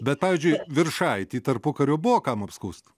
bet pavyzdžiui viršaitį tarpukariu buvo kam apskųst